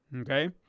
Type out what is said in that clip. Okay